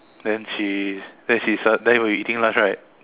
then she then she sudd~ then when you eating lunch right